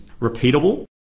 repeatable